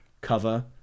cover